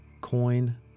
coin